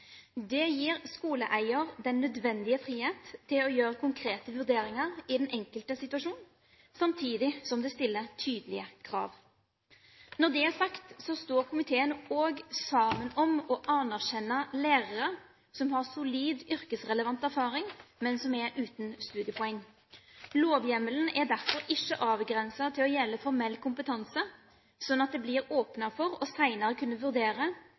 Det gir skoleeier den nødvendige frihet til å gjøre konkrete vurderinger i den enkelte situasjon, samtidig som det stiller tydelige krav. Når det er sagt, står komiteen også sammen om å anerkjenne lærere som har solid yrkesrelevant erfaring, men som er uten studiepoeng. Lovhjemmelen er derfor ikke avgrenset til å gjelde formell kompetanse, slik at det blir åpnet for senere å kunne vurdere